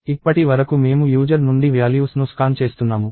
ఇప్పటి వరకు మేము యూజర్ నుండి వ్యాల్యూస్ ను స్కాన్ చేస్తున్నాము